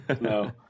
no